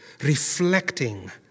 reflecting